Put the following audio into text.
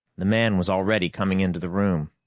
the man was already coming into the room.